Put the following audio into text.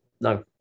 no